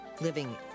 Living